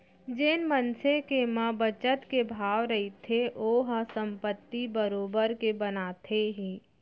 जेन मनसे के म बचत के भाव रहिथे ओहा संपत्ति बरोबर के बनाथे ही